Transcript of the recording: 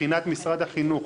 מבחינת משרד החינוך